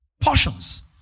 Portions